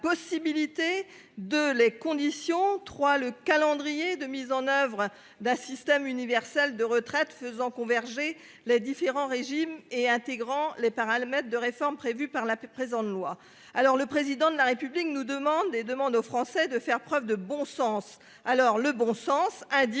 de les conditions trois le calendrier de mise en oeuvre d'un système universel de retraite faisant converger les différents régimes et intégrant les paramètres de réformes prévues par la paix présente loi alors le président de la République nous demande et demande aux Français de faire preuve de bon sens. Alors, le bon sens indique